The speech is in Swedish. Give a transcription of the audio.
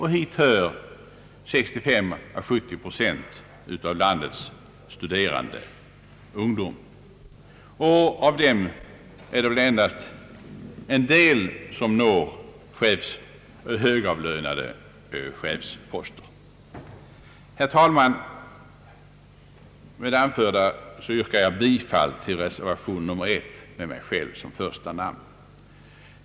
Hit hör 65 å 70 procent av landets studerande ungdom, och av den är det endast en relativt ringa del som når högavlönade chefsposter. Herr talman! Med det anförda yrkar jag bifall till reservation nr 1 med mig själv som första namn.